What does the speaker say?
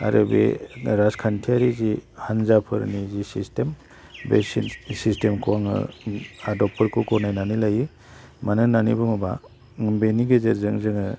आरो बे राजखान्थियारि जि हान्जाफोरनि जि सिस्टेम बे सिस्टेमखौ आङो आदबफोरखौ ग'नायनानै लायो मानो होन्नानै बुङोबा बेनि गेजेरजों जोङो